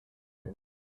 wind